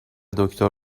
دکتر